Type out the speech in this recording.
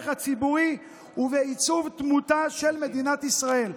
הציבורי ובעיצוב דמותה של מדינת ישראל.